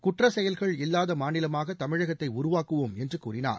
குற்றச் செயல்கள் இல்லாத மாநிலமாக தமிழகத்தை உருவாக்குவோம் என்று கூறினார்